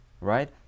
right